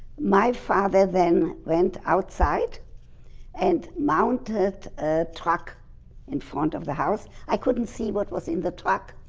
my father then went outside and mounted a truck in front of the house. i couldn't see what was in the truck